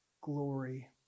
glory